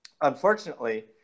Unfortunately